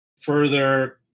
further